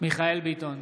מיכאל מרדכי ביטון,